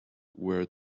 where